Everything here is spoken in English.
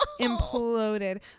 imploded